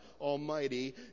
Almighty